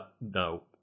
no